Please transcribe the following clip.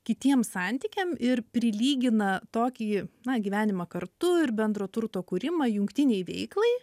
kitiem santykiam ir prilygina tokį na gyvenimą kartu ir bendro turto kūrimą jungtinei veiklai